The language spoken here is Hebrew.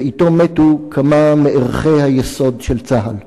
ואתו מתו כמה מערכי היסוד של צה"ל.